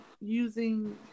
using